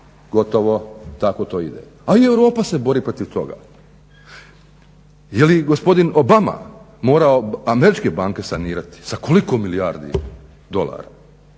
gotovo, tako to ide. A i Europa se bori protiv toga. Je li gospodin Obama morao američke banke sanirati? Sa koliko milijardi dolara?